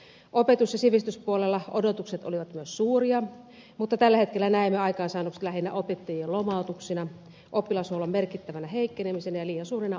myös opetus ja sivistyspuolella odotukset olivat suuria mutta tällä hetkellä näemme aikaansaannokset lähinnä opettajien lomautuksina oppilashuollon merkittävänä heikkenemisenä ja liian suurina opetusryhminä